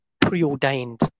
preordained